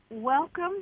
Welcome